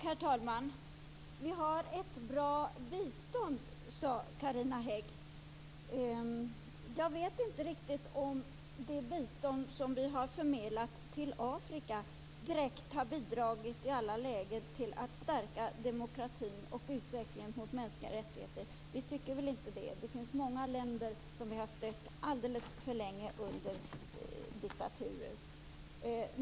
Herr talman! Vi har ett bra bistånd, sade Carina Hägg. Jag vet inte riktigt om det bistånd Sverige har förmedlat till Afrika i alla lägen direkt har bidragit till att stärka demokratin och utvecklingen av de mänskliga rättigheterna. Vi moderater tycker inte det. Det finns många länder under diktatur som Sverige har stött alldeles för länge.